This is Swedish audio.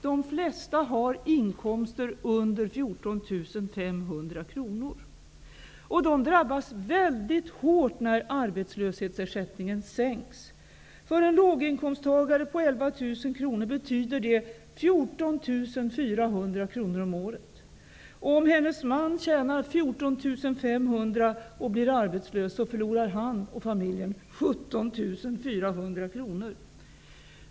De flesta har inkomster under 14 500 kr i månaden, och de drabbas väldigt hårt när arbetslöshetsersättningen sänks. För en låginkomsttagare med 11 000 kr i månaden betyder det 14 400 kr om året. Om hennes man tjänar 14 500 i månaden och blir arbetslös, förlorar han och familjen på ett år 17 400 kr.